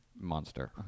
monster